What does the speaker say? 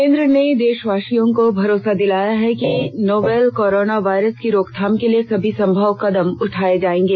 केन्द्र ने देशवासियों को भरोसा दिलाया है कि नोवल कोरोना वायरस की रोकथाम के लिए सभी संभव कदम उठाये जायेंगे